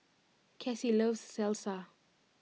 Kassie loves Salsa